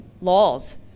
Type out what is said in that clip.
laws